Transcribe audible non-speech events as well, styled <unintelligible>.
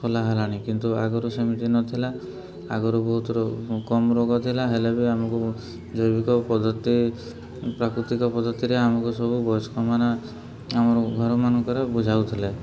ଖୋଲା ହେଲାଣି କିନ୍ତୁ ଆଗରୁ ସେମିତି ନଥିଲା ଆଗରୁ ବହୁତ <unintelligible> କମ୍ ରୋଗ ଥିଲା ହେଲେ ବି ଆମକୁ ଜୈବିକ ପଦ୍ଧତି ପ୍ରାକୃତିକ ପଦ୍ଧତିରେ ଆମକୁ ସବୁ ବୟସ୍କମାନେ ଆମର ଘରମାନଙ୍କରେ ବୁଝାଉଥିଲେ